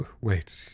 Wait